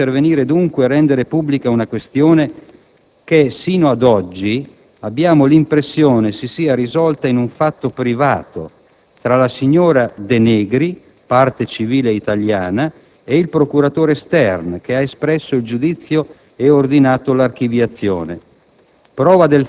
Dobbiamo intervenire, dunque, e rendere pubblica una questione che, sino ad oggi, abbiamo l'impressione si sia risolta in un fatto privato tra la signora De Negri, parte civile italiana, e il procuratore Stern, che ha espresso il giudizio ed ordinato l'archiviazione.